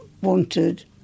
wanted